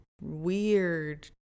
weird